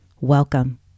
Welcome